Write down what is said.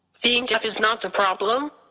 being deaf is not the problem.